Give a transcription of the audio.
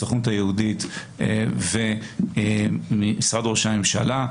הסוכנות היהודית ומשרד ראש הממשלה,